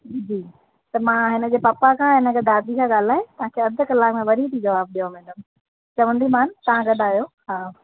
जी त मां हिनजे पप्पा खां न त दादी सां ॻाल्हाइ तव्हांखे अधि कलाकु में वरी थी जवाब ॾेयांव मैडम चवंदीमान तव्हां गॾु आहियो हा